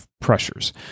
pressures